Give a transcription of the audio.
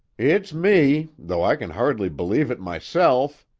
it's me, though i kin hardly believe it myself!